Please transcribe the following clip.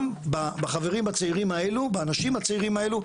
בחברים הצעירים האלו באנשים הצעירים האלו,